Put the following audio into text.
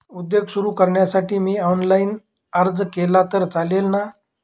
उद्योग सुरु करण्यासाठी मी ऑनलाईन अर्ज केला तर चालेल ना?